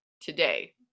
today